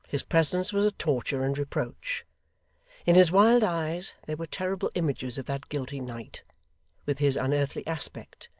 his presence was a torture and reproach in his wild eyes, there were terrible images of that guilty night with his unearthly aspect,